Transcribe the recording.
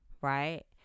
right